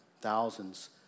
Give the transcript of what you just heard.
thousands